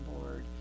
board